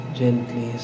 gently